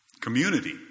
Community